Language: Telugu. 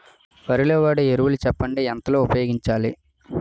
వరిలో వాడే ఎరువులు చెప్పండి? ఎంత లో ఉపయోగించాలీ?